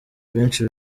benshi